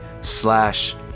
slash